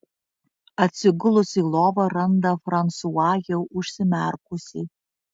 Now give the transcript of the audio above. atsigulusi į lovą randa fransua jau užsimerkusį